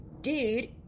dude